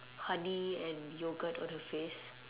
honey and yogurt on her face